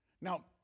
Now